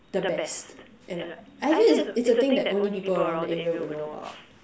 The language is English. the best and like I think it's a thing that only people around the area would know of